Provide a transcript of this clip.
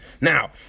Now